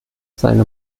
seine